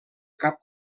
cap